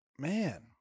man